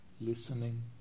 listening